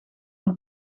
haar